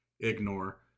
ignore